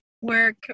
work